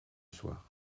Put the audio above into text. soir